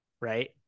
Right